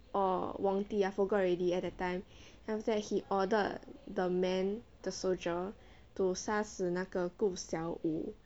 or 皇帝 I forgot already at that time and that he ordered the man the soldier to 杀死那个顾小五